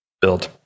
Build